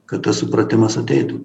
kad tas supratimas ateitų